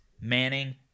Manning